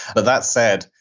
but that said,